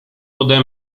pode